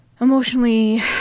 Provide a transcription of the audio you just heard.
emotionally